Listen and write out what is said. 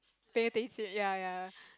pay attention ya ya ya